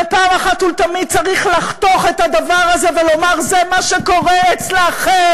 ופעם אחת ולתמיד צריך לחתוך את הדבר הזה ולומר: זה מה שקורה אצלכם,